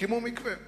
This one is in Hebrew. הקימו מקווה בשכונה,